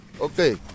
Okay